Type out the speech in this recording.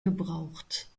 gebraucht